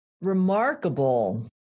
remarkable